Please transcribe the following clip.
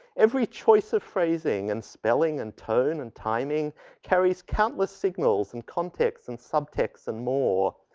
every choice of phrasing and spelling, and tone, and timing carries countless signals and contexts and subtexts and more.